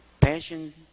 passion